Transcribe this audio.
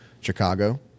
Chicago